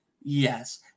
Yes